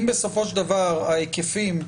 אם בסופו של דבר ההיקפים הם,